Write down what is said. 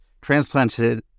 transplanted